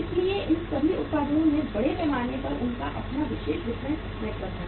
इसलिए इन सभी उत्पादों में बड़े पैमाने पर उनका अपना विशेष वितरण नेटवर्क है